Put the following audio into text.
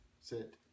sit